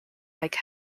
like